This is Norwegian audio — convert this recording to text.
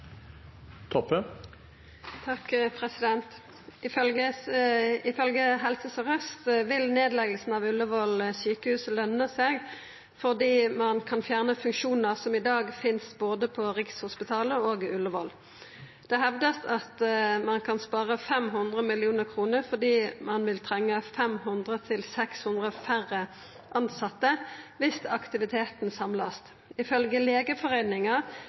Helse Sør-Øst vil nedleggelsen av Ullevål sykehus lønne seg fordi man kan fjerne funksjoner som i dag finnes på både Rikshospitalet og Ullevål. Det hevdes at man kan spare 500 mill. kroner fordi man vil trenge 500–600 færre ansatte hvis aktiviteten samles. Ifølge